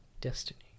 Destiny